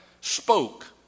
spoke